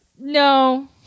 No